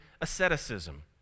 asceticism